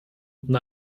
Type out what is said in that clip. und